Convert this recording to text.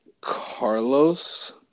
Carlos